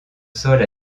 sol